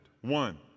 One